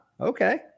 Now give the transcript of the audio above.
Okay